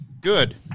Good